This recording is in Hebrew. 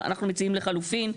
אנחנו מציעים לחלופין,